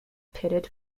pitted